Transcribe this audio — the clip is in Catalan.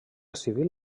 civil